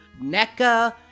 NECA